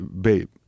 babe